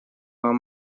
вам